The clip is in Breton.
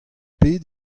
pet